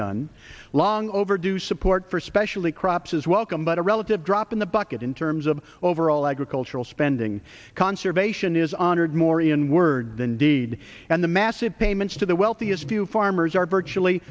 done long overdue support for specially crops is welcome but a relative drop in the bucket in terms of overall agricultural spending conservation is honored morion word than deed and the massive payments to the wealthiest few farmers are virtually